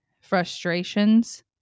frustrations